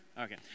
Okay